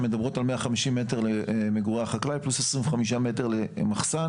שמדברות על 150 מטרים למגורי החקלאי פלוס 25 מטרים למחסן.